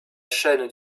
chaîne